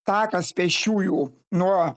takas pėsčiųjų nuo